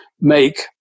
make